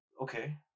Okay